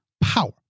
power